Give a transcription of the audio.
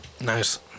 Nice